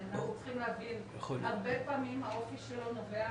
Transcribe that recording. אנחנו צריכים להבין, הרבה פעמים האופי שלו נובע